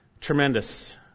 Tremendous